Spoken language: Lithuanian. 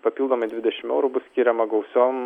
papildomai dvidešim eurų bus skiriama gausiom